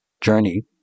journey